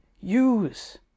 Use